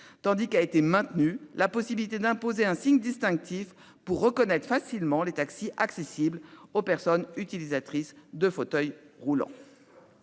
(CMP) a maintenu la possibilité d'imposer un signe distinctif pour reconnaître facilement les taxis accessibles aux personnes utilisatrices de fauteuil roulant.